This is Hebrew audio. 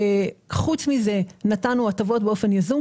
חוץ מזה נתנו הטבות באופן יזום,